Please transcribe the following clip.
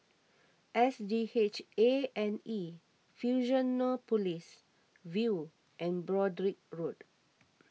S G H A and E Fusionopolis View and Broadrick Road